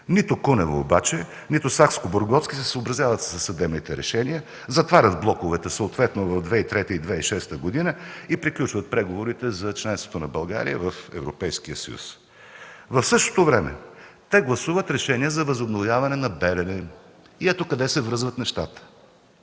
Нито Кунева обаче, нито Сакскобургготски се съобразяват със съдебните решения – затварят блоковете, съответно в 2003 и 2006 г., и приключват преговорите за членството на България в Европейския съюз. В същото време те гласувате решение за възобновяване на „Белене”. И ето къде се връзват нещата.